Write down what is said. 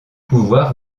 pouvoir